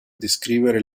descrivere